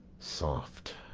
soft!